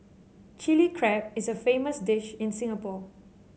Chilli Crab is a famous dish in Singapore